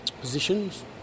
positions